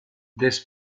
des